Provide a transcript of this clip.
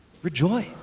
Rejoice